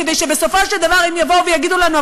כדי שבסופו של דבר הם יבואו ויגידו לנו: